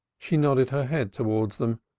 she nodded her head towards them,